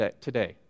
today